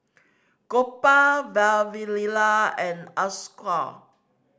Gopal Vavilala and Ashoka